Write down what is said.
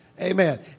Amen